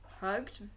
hugged